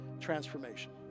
transformation